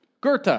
Goethe